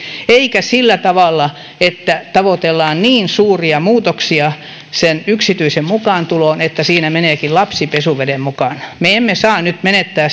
eikä sillä tavalla että tavoitellaan niin suuria muutoksia yksityisen mukaantulossa että siinä meneekin lapsi pesuveden mukana me emme saa nyt menettää